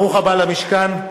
למשכן.